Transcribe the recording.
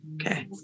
Okay